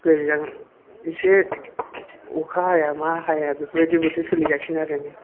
गोजां एसे अखा हाया मा हाया बेफोर बायदि बोथोर सोलिगासिनो आरो नै